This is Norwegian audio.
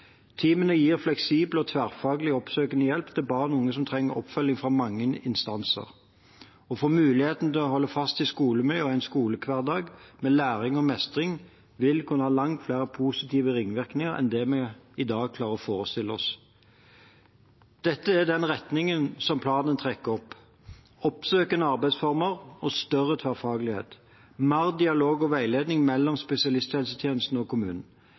gir fleksible og tverrfaglig oppsøkende hjelp til barn og unge som trenger oppfølging fra mange instanser. Å få muligheten til å holde fast i skolemiljøet og en skolehverdag med læring og mestring vil kunne ha langt flere positive ringvirkninger enn det vi i dag klarer å forestille oss. Dette er den retningen som planen trekker opp – oppsøkende arbeidsformer og større tverrfaglighet, mer dialog og veiledning mellom spesialisthelsetjenesten og kommunen.